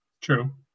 True